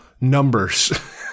numbers